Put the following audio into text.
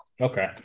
Okay